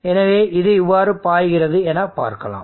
எனவே இது எவ்வாறு பாய்கிறது என பார்க்கலாம்